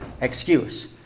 excuse